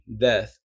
death